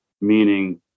meaning